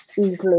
easily